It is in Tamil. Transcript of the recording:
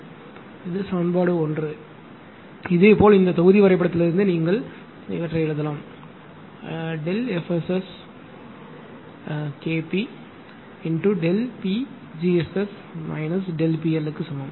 எனவே இது சமன்பாடு 1 இதேபோல் இந்த தொகுதி வரைபடத்திலிருந்து நீங்கள் எழுதலாம் ΔF SS KPக்கு சமம்